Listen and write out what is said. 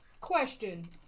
Question